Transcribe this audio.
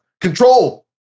control